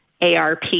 ARP